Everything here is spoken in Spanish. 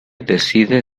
decide